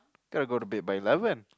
got to go to bed by eleven